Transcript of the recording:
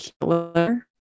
killer